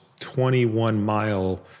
21-mile